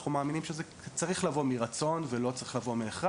כי אנחנו מאמינים שזה צריך לבוא מרצון ולא מהכרח.